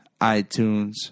iTunes